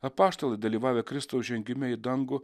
apaštalai dalyvavę kristaus žengime į dangų